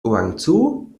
guangzhou